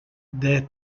des